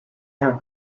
have